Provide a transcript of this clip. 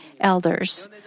elders